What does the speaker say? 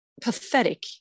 pathetic